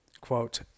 quote